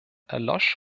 erlosch